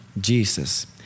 Jesus